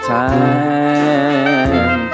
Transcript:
time